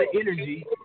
energy